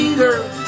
girl